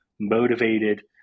motivated